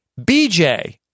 bj